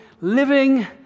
Living